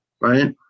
right